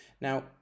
Now